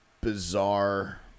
bizarre